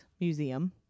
museum